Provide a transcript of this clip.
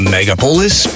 Megapolis